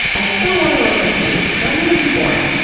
i still wanna look like me. don't make it too boring.